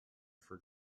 for